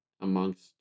amongst